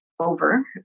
Over